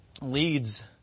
leads